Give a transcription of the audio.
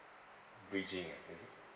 bridging is it